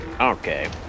Okay